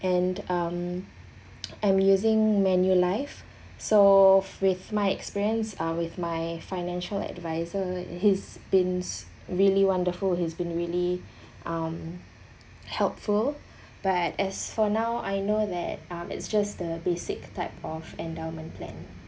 and um I'm using manulife so with my experience um with my financial advisor he's been really wonderful he's been really um helpful but as for now I know that um it's just the basic type of endowment plan